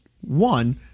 one